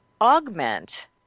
augment